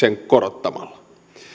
korottamalla